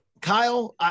Kyle